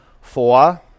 Four